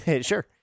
Sure